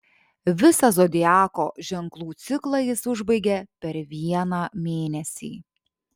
visą zodiako ženklų ciklą jis užbaigia per vieną mėnesį